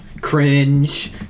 cringe